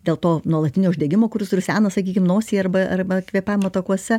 dėl to nuolatinio uždegimo kuris rusena sakykim nosyje arba arba kvėpavimo takuose